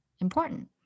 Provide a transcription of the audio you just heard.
important